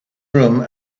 room